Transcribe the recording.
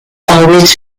always